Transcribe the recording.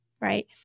right